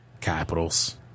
Capitals